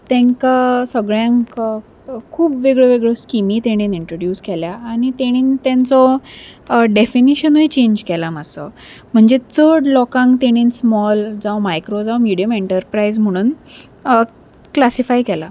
तेंकां सगळ्यांक खूब वेगळ्यो वेगळ्यो स्किमी तेणेन इंट्रोड्यूस केल्या आनी तेणीन तेंचो डॅफिनिशनूय चेंज केला मातसो म्हणजे चड लोकांक तेणेन स्मॉल जावं मायक्रो जावं मिडियम एंटरप्रायज म्हणून क्लासिफाय केला